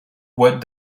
what